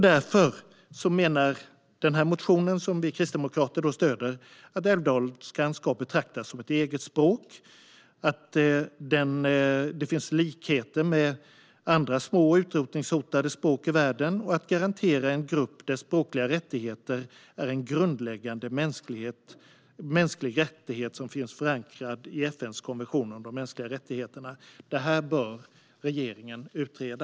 Därför menar man i den här motionen som vi kristdemokrater stöder att älvdalskan ska betraktas som ett eget språk och att det finns likheter med andra små, utrotningshotade språk i världen. Att en grupp garanteras sina språkliga rättigheter är en grundläggande mänsklig rättighet som finns förankrad i FN:s konvention om de mänskliga rättigheterna. Det här bör regeringen utreda.